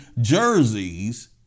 jerseys